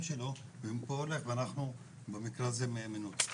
שלו ובמקרה הזה אנחנו נהיה מנותקים.